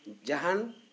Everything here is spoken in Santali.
ᱡᱟᱦᱟᱱ